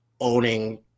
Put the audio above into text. owning